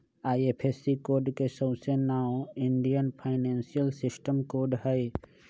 IFSC code के सऊसे नाओ इंडियन फाइनेंशियल सिस्टम कोड हई